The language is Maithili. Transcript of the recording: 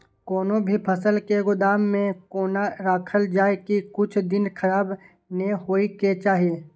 कोनो भी फसल के गोदाम में कोना राखल जाय की कुछ दिन खराब ने होय के चाही?